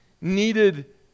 needed